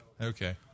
Okay